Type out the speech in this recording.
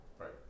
Right